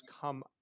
come